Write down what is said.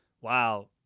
wow